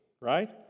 right